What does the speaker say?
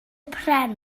pren